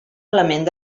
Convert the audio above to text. element